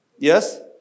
Yes